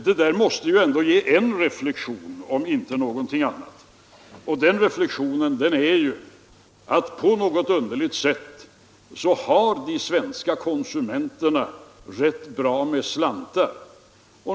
Detta måste ändå ge anledning till åtminstone den reflexionen att de svenska konsumenterna på något underligt sätt har rätt bra med slantar.